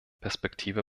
perspektive